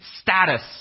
status